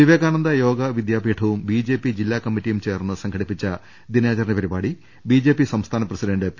വിവേകാനന്ദ യോഗ വിദ്യാപീഠവും ബിജെപി ജില്ലാ കമ്മ റ്റിയും ചേർന്ന് സംഘടിപ്പിച്ച ദിനാചരണ പരിപാടി ബിജെപി സംസ്ഥാന പ്രസിഡന്റ് പി